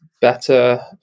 better